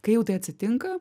kai jau tai atsitinka